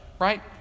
right